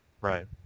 Right